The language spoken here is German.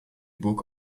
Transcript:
burg